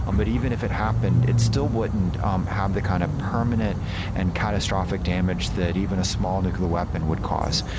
um but even if it happened, it still wouldn't um have the kind of permanent and catastrophic damage that even a small nuclear weapon would cause.